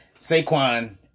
Saquon